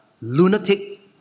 lunatic